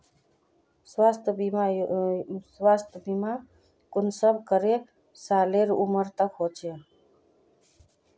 स्वास्थ्य बीमा कुंसम करे सालेर उमर तक होचए?